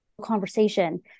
conversation